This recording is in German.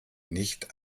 nicht